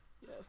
Yes